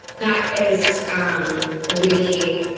that is um really,